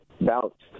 bounced